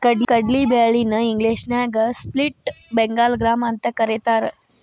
ಕಡ್ಲಿ ಬ್ಯಾಳಿ ನ ಇಂಗ್ಲೇಷನ್ಯಾಗ ಸ್ಪ್ಲಿಟ್ ಬೆಂಗಾಳ್ ಗ್ರಾಂ ಅಂತಕರೇತಾರ